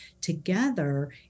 together